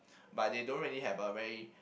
but they don't really have a very